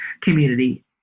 community